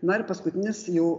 na ir paskutinis jau